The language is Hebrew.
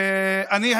אני,